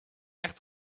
echt